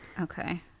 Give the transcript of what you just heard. Okay